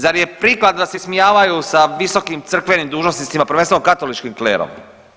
Zar je prikladno sa se ismijavaju sa visokim crkvenim dužnosnicima, prvenstveno katoličkim klerom?